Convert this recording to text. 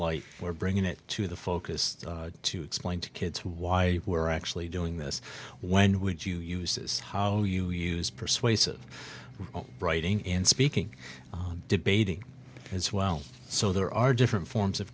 light we're bringing it to the focus to explain to kids why we're actually doing this when would you use how you use persuasive writing and speaking debating as well so there are different forms of